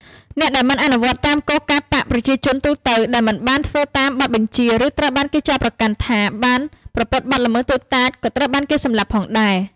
អ្នកដែលមិនអនុវត្តតាមគោលការណ៍បក្ស ប្រជាជនទូទៅដែលមិនបានធ្វើតាមបទបញ្ជា ឬត្រូវបានគេចោទប្រកាន់ថាបានប្រព្រឹត្តបទល្មើសតូចតាច ក៏ត្រូវបានគេសម្លាប់ផងដែរ។